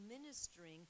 ministering